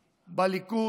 בליכוד,